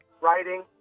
writing